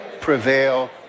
prevail